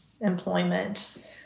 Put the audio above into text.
employment